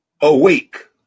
Awake